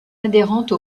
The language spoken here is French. adhérente